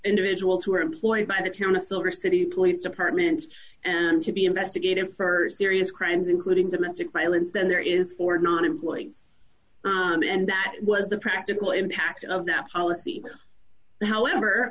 individuals who are employed by the town of silver city police departments and to be investigated further serious crimes including domestic violence then there is for not employing you and that was the practical impact of that policy however